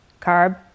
Carb